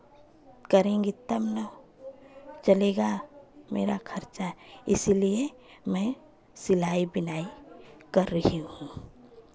करेंगे तब ना चलेगा मेरा खर्चा इसीलिए मैं सिलाई बिनाई कर रही हूँ